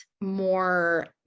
more